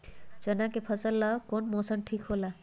चाना के फसल ला कौन मौसम ठीक होला?